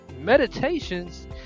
meditations